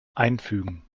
einfügen